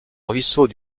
ruisseau